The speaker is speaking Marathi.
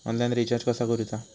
ऑनलाइन रिचार्ज कसा करूचा?